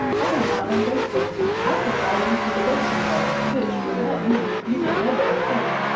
i am not ungrateful i can guide you to the dancing-water, which, without me, you could never obtain,